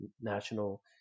national